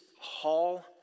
hall